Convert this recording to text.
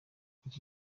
iki